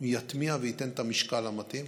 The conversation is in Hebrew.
יטמיע וייתן את המשקל המתאים.